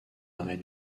arrêt